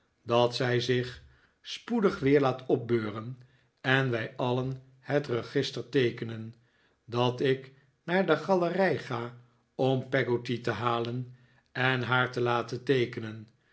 dat zij zich spoedig weer laat opbeuren en wij alien het register teekenen dat ik naar de galerij ga om peggotty te halen en haar te laten teekenen